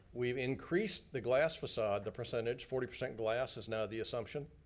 we've increased the glass facade, the percentage, forty percent glass is now the assumption.